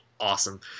awesome